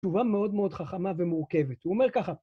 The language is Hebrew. תשובה מאוד מאוד חכמה ומורכבת, הוא אומר ככה